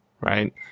right